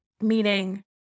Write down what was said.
meaning